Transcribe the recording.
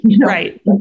right